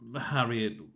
Harriet